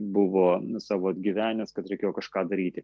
buvo savo atgyvenęs kad reikėjo kažką daryti